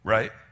Right